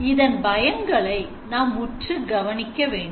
இதன் பயன்களை நாம் உற்று கவனிக்க வேண்டும்